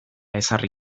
ezarri